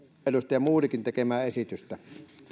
edustaja modigin tekemää esitystä